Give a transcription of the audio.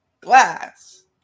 Glass